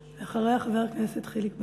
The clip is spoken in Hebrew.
ואחריה, חבר הכנסת חיליק בר.